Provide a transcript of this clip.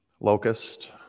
Locust